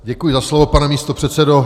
Děkuji za slovo, pane místopředsedo.